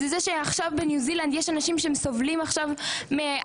זה שעכשיו בניו זילנד אנשים שסובלים מהצפות,